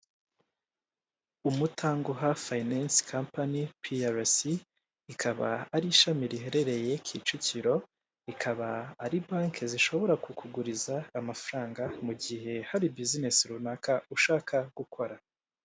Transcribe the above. Umutanguha fayinence compani piyarasi ikaba ari ishami riherereye Kicukiro, ikaba ari banki zishobora kukuguriza amafaranga mu gihe hari bizinesi runaka ushaka gukora.